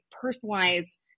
personalized